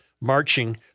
marching